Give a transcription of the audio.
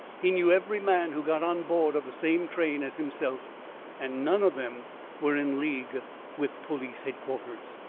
he knew every man who got on board of the same train as himself and none of them were in league with police headquarters.